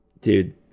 dude